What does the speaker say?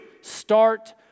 Start